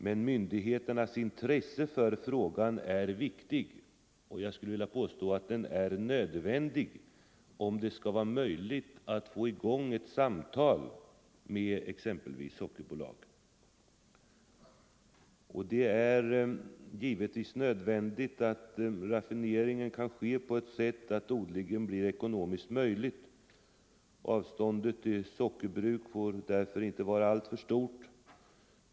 Men myndigheternas intresse för frågan är viktigt, ja, nödvändigt om det skall vara möjligt att få i gång ett samtal med exempelvis Sockerbolaget. Det är givetvis nödvändigt att raffineringen kan ske på ett sådant sätt att odlingen blir ekonomiskt bärkraftig. Avståndet till sockerbruk får därför inte vara alltför stort.